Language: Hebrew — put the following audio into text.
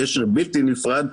קשר בלתי נפרד,